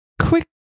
quick